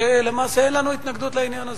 שלמעשה אין לנו התנגדות לעניין הזה.